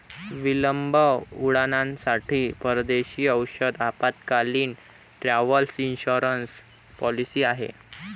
विलंब उड्डाणांसाठी परदेशी औषध आपत्कालीन, ट्रॅव्हल इन्शुरन्स पॉलिसी आहे